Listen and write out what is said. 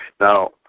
Now